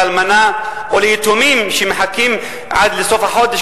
לאלמנה או ליתומים שמחכים עד סוף החודש